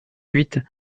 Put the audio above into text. huit